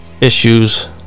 issues